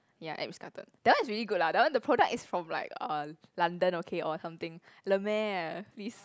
ya at Ritz-Carlton that one is really good lah that one the product is from like uh London okay or something La Mer please